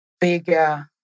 bigger